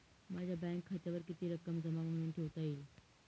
माझ्या बँक खात्यावर किती रक्कम जमा म्हणून ठेवता येईल?